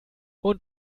und